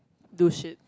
do shit